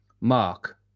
Mark